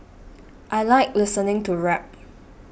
I like listening to rap